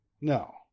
No